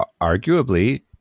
arguably